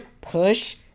Push